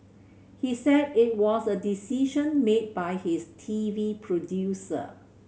he said it was a decision made by his T V producer